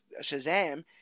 Shazam